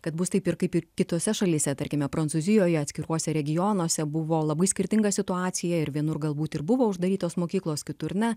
kad bus taip ir kaip ir kitose šalyse tarkime prancūzijoje atskiruose regionuose buvo labai skirtinga situacija ir vienur galbūt ir buvo uždarytos mokyklos kitur ne